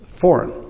foreign